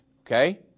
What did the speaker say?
okay